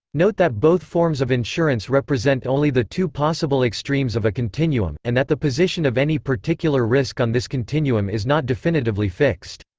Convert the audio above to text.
note that both forms of insurance represent only the two possible extremes of a continuum, and that the position of any particular risk on this continuum is not definitively fixed.